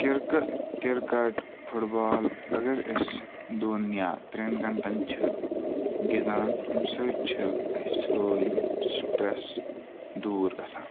کِرکہٕ cricket football اگر أسۍ دۄن یا ترٛٮ۪ن گںٹَن چھِ گِنٛدان امہِ سۭتۍ چھِ اَسہِ سٲلِم سٹرٛس دوٗر گژھان